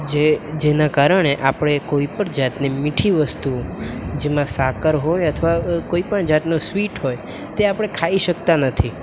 જે જેના કારણે આપણે કોઈપણ જાતની મીઠી વસ્તુઓ જેમાં સાકર હોય અથવા કોઈપણ જાતનો સ્વીટ હોય તે આપણે ખાઈ શકતા નથી